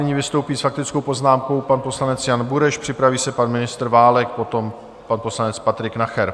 Nyní vystoupí s faktickou poznámkou pan poslanec Jan Bureš, připraví se pan ministr Válek, potom pan poslanec Patrik Nacher.